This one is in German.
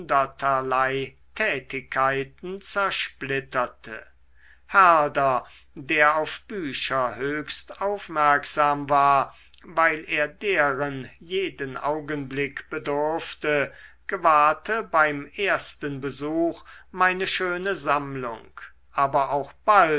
tätigkeiten zersplitterte herder der auf bücher höchst aufmerksam war weil er deren jeden augenblick bedurfte gewahrte beim ersten besuch meine schöne sammlung aber auch bald